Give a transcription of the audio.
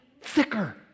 thicker